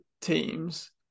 teams